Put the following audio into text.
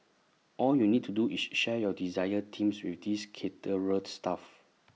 all you need to do is share your desired themes with this caterer's staff